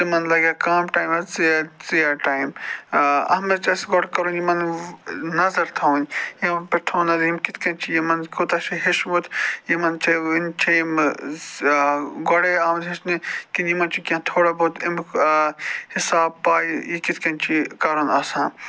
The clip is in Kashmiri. تِمن لَگیٛا کم ٹایم یا ژیر ژیر ٹایم اتھ مَنٛز چھُ اَسہِ گۄڈٕ کَرُن یِمن نظر تھاوٕنۍ یِمن پٮ۪ٹھ تھاوو نَظَر یِم کِتھ کٔنۍ چھِ یِمن کوٗتاہ چھُ ہیوٚچھمُت یِمن چھِ وٕنہِ چھِ یِم گۄڈَے آمٕتۍ ہیٚچھنہٕ کِنہٕ یِمن چھُ کینٛہہ تھوڑا بہت اَمیُک حِساب پَے یہِ کِتھ کٔنۍ چھُ یہِ کَرُن آسان